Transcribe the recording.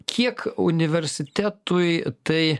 kiek universitetui tai